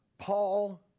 Paul